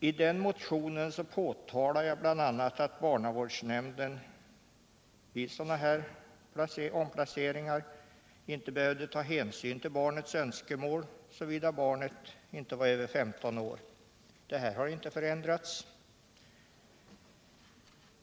I den motionen påtalade jag bl.a. att barnavårdsnämnden vid omplaceringar inte behövde ta hänsyn till barnets önskemål såvida barnet inte var över 15 år. Detta har inte förändrats.